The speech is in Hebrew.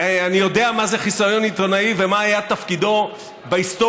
אני יודע מה זה חיסיון עיתונאי ומה היה תפקידו בהיסטוריה,